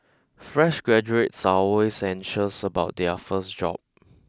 fresh graduates are always anxious about their first job